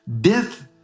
Death